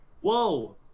Whoa